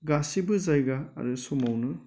गासिबो जायगा आरो समावनो